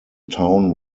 town